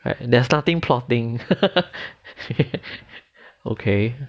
there's nothing plotting